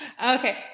Okay